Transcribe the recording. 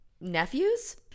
nephews